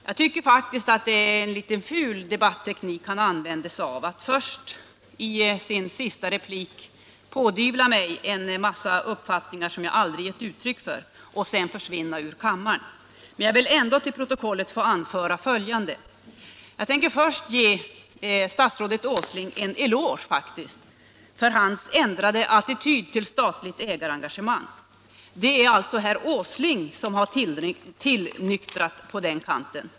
Jag tycker att det är en ful debatteknik herr Åsling använder när han i sin sista replik först pådyvlar mig en mängd uppfattningar som jag aldrig har givit uttryck för och sedan försvinner ut ur kammaren, men jag vill ändå till protokollet anföra följande: Jag tänker först ge statsrådet Åsling en eloge, faktiskt, för hans ändrade attityd till ett statligt ägarengagemang. Det är alltså herr Åsling som har tillnyktrat på den kanten.